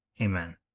Amen